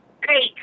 Great